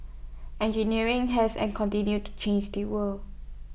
engineering has and continues to change the world